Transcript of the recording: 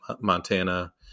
Montana